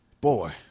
Boy